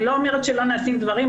אני לא אומרת שלא נעשים דברים,